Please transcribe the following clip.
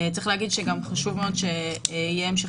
צריך להגיד שגם חשוב מאוד שיהיה המשך